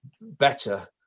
better